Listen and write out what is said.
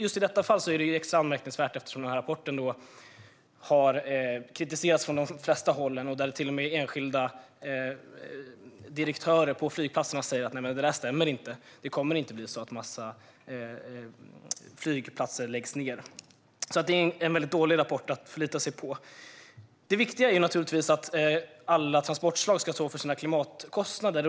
Just i detta fall är det extra anmärkningsvärt eftersom rapporten har kritiserats från de flesta håll. Till och med enskilda direktörer för flygplatserna säger: Det där stämmer inte. Det kommer inte att bli så att en massa flygplatser läggs ned. Det är alltså en dålig rapport att förlita sig på. Det viktiga är naturligtvis att alla transportslag ska stå för sina klimatkostnader.